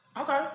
Okay